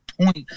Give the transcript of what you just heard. point